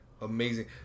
amazing